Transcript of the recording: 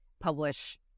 publish